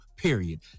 period